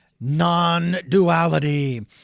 non-duality